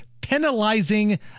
penalizing